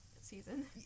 season